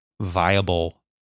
viable